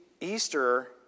Easter